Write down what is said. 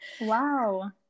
wow